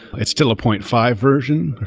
it's still a point five version.